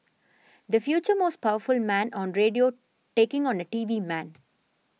the future most powerful man on radio taking on a T V man